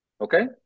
Okay